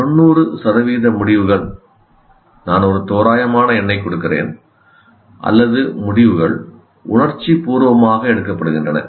90 சதவிகித முடிவுகள் நான் ஒரு தோராயமான எண்ணைக் கொடுக்கிறேன் அல்லது முடிவுகள் உணர்ச்சிபூர்வமாக எடுக்கப்படுகின்றன